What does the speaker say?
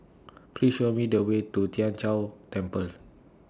Please Show Me The Way to Tien Chor Temple